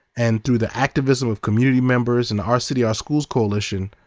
and through the activism of community members and the our city our schools coalition,